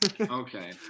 Okay